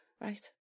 Right